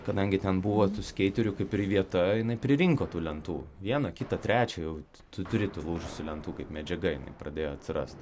kadangi ten buvo skeiterių kaip ir vieta jinai pririnko tų lentų vieną kitą trečią jau tu turi tų lentų kaip medžiaga jinai pradėjo atsirast